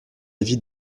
vie